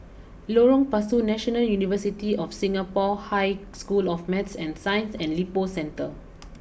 Lorong Pasu National University of Singapore High School of Math and Science and Lippo Centre